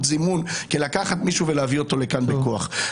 לזימון כלקחת מישהו ולהביא אותו לכאן בכוח.